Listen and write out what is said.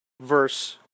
verse